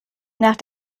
nach